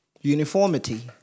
Uniformity